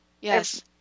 Yes